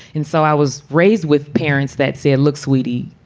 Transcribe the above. and so i was raised with parents that said, look, sweetie,